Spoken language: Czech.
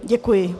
Děkuji.